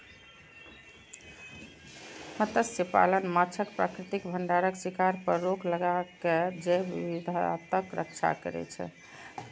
मत्स्यपालन माछक प्राकृतिक भंडारक शिकार पर रोक लगाके जैव विविधताक रक्षा करै छै